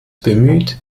bemüht